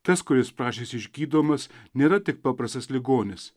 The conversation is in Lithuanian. tas kuris prašėsi išgydomas nėra tik paprastas ligonis